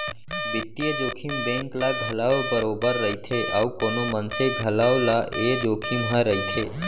बित्तीय जोखिम बेंक ल घलौ बरोबर रइथे अउ कोनो मनसे घलौ ल ए जोखिम ह रइथे